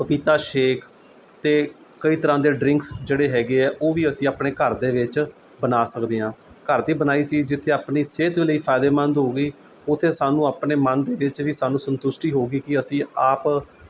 ਪਪੀਤਾ ਸ਼ੇਕ ਅਤੇ ਕਈ ਤਰ੍ਹਾਂ ਦੇ ਡਰਿੰਕਸ ਜਿਹੜੇ ਹੈਗੇ ਹੈ ਉਹ ਵੀ ਅਸੀਂ ਆਪਣੇ ਘਰ ਦੇ ਵਿੱਚ ਬਣਾ ਸਕਦੇ ਹਾਂ ਘਰ ਦੀ ਬਣਾਈ ਚੀਜ਼ ਜਿੱਥੇ ਆਪਣੀ ਸਿਹਤ ਲਈ ਫਾਇਦੇਮੰਦ ਹੋਵੇਗੀ ਉੱਥੇ ਸਾਨੂੰ ਆਪਣੇ ਮਨ ਦੇ ਵਿੱਚ ਵੀ ਸਾਨੂੰ ਸੰਤੁਸ਼ਟੀ ਹੋਵੇਗੀ ਕਿ ਅਸੀਂ ਆਪ